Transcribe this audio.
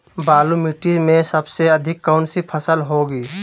बालू मिट्टी में सबसे अधिक कौन सी फसल होगी?